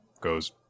goes